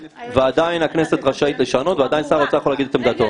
ועדיין הכנסת רשאית לשנות ועדיין שר האוצר יכול להגיד את עמדתו.